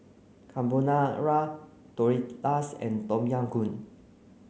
Carbonara Tortillas and Tom Yam Goong